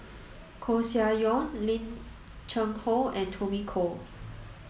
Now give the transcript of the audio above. Koeh Sia Yong Lim Cheng Hoe and Tommy Koh